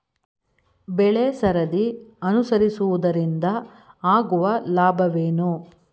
ಬೆಳೆಸರದಿ ಅನುಸರಿಸುವುದರಿಂದ ಆಗುವ ಲಾಭವೇನು?